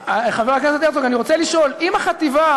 הרצוג, אני רוצה לשאול, אם החטיבה